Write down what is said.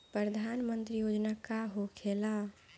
प्रधानमंत्री योजना का होखेला?